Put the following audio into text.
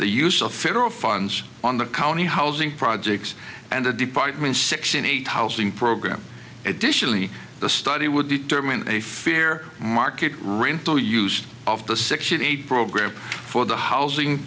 the use of federal funds on the county housing projects and the department's sixty eight housing program additionally the study would determine a fear market rental use of the section eight program for the housing